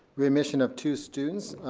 readmission of two students.